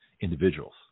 individuals